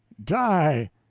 die!